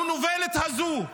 המנוולת הזו,